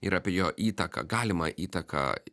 ir apie jo įtaką galimą įtaką